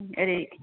ओरै